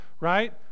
right